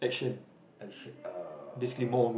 I should uh